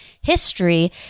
history